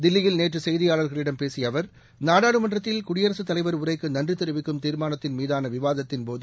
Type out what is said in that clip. கில்லியில் நேற்றசெய்தியாளர்களிடம் பேசியஅவர் நாடாளுமன்றத்தில் குடியரசுத்தலைவர் உரைக்குநன்றிதெரிவிக்கும் தீர்மானத்தின் மீதானவிவாதத்தின்போது